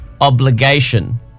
obligation